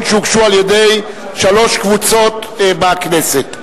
שהוגשו על-ידי שלוש קבוצות בכנסת.